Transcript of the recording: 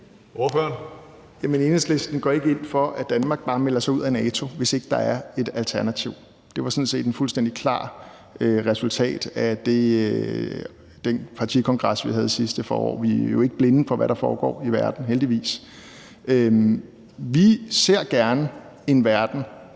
Jamen Enhedslisten går ikke ind for, at Danmark bare melder sig ud af NATO, hvis ikke der er et alternativ. Det var sådan set et fuldstændig klart resultat af den partikongres, vi havde sidste forår. Vi er jo ikke blinde for, hvad der foregår i verden, heldigvis. Vi ser gerne en verden,